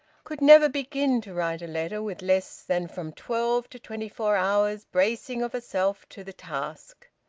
could never begin to write a letter with less than from twelve to twenty-four hours' bracing of herself to the task.